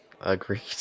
Agreed